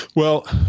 well,